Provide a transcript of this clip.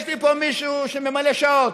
יש לי פה מישהו שממלא שעות.